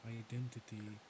identity